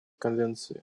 конвенции